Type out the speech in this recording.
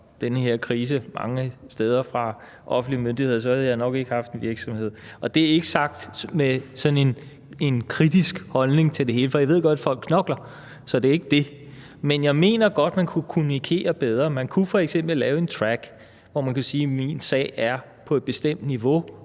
offentlige myndigheders side under den her krise, havde jeg nok ikke haft en virksomhed. Det er ikke sagt med en kritisk holdning til det hele, for jeg ved godt, at folk knokler, så det er ikke det, men jeg mener godt, man kunne kommunikere bedre. Man kunne f.eks. lave en track, hvor man kunne sige, at min sag er på et bestemt niveau,